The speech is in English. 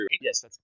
Yes